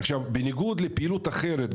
עכשיו בניגוד לפעילות אחרת,